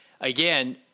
again